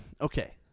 Okay